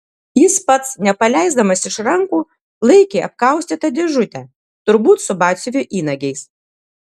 jis pats nepaleisdamas iš rankų laikė apkaustytą dėžutę turbūt su batsiuvio įnagiais